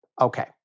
Okay